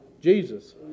Jesus